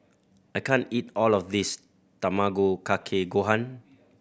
I can't eat all of this Tamago Kake Gohan